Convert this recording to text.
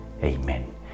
Amen